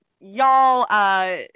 Y'all